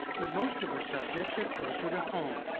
but most of her subjects are closer to home,